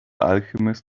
alchemist